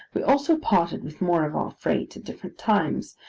we also parted with more of our freight at different times,